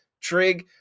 trig